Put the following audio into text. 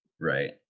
right